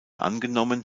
angenommen